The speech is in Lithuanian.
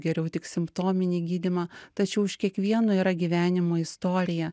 geriau tik simptominį gydymą tačiau už kiekvieno yra gyvenimo istorija